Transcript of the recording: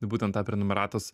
būtent tą prenumeratos